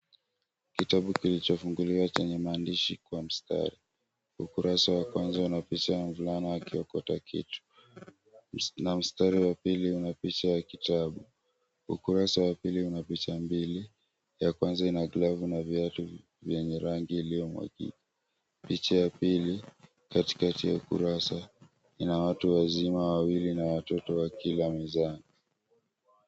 Kitabu kilichofunguliwa chenye maandishi kwa mstari. Ukurasa wa kwanza una picha ya mvulana akiokota kitu. Na mstari wa pili una picha ya kitabu. Ukurasa wa pili una picha mbili. Ya kwanza ina glavu na viatu vyenye rangi iliyomwakika. Picha ya pili katikati ya ukurasa ina watu wazima wawili na watoto wakila mezani.